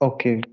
Okay